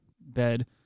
bed